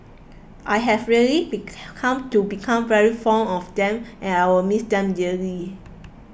I have really become to become very fond of them and I will miss them dearly